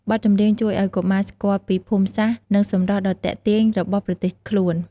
បទចម្រៀងជួយឲ្យកុមារស្គាល់ពីភូមិសាស្ត្រ និងសម្រស់ដ៏ទាក់ទាញរបស់ប្រទេសខ្លួន។